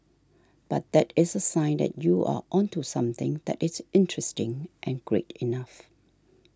but that is a sign that you are onto something that is interesting and great enough